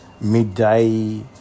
midday